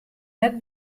net